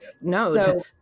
No